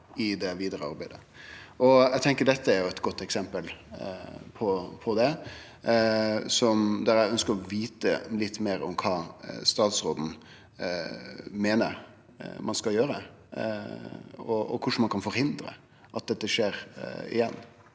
i det vidare arbeidet. Eg tenkjer at dette er eit godt eksempel på det, der eg ønskjer å vite litt meir om kva statsråden meiner ein skal gjere, og korleis ein kan forhindre at dette skjer igjen.